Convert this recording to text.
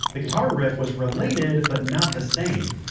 the guitar riff was related but not the same,